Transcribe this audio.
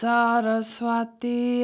Saraswati